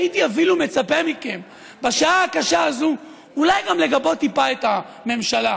הייתי אפילו מצפה מכם בשעה הקשה הזאת אולי גם לגבות טיפה את הממשלה,